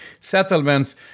settlements